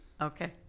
okay